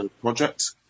Project